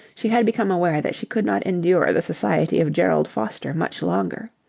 she had become aware that she could not endure the society of gerald foster much longer.